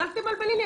אז אל תבלבלי לי.